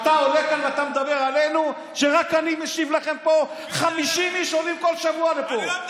אתם לא מסוגלים לשלוט.